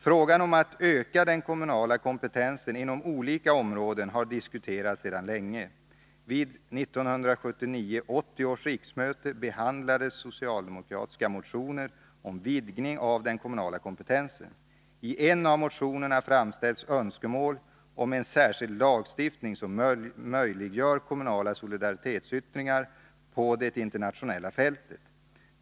Frågan om att öka den kommunala kompetensen inom olika områden har diskuterats sedan länge. Vid 1979/80 års riksmöte behandlades socialdemokratiska motioner om vidgning av den kommunala kompetensen. I en av motionerna framställdes önskemål om en särskild lagstiftning som möjliggör kommunala solidaritetsyttringar på det internationella fältet.